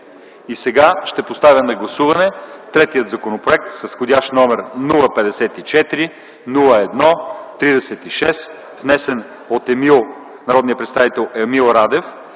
Сега ще поставя на гласуване третия законопроект с вх. № 054-01-36, внесен от народните представители Емил Радев